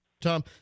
Tom